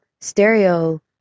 stereo